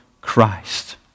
Christ